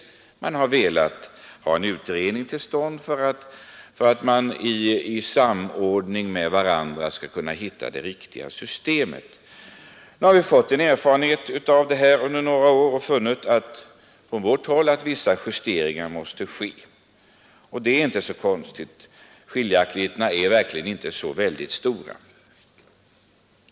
Men man har velat ha till stånd en utredning, så att man i samordning med varandra skulle kunna hitta det riktiga systemet. Nu har vi under några år fått erfarenheter av detta, och vi har på vårt håll funnit att vissa justeringar måste göras. Det är ju inte så konstigt. Och skiljaktigheterna är ju inte särskilt stora.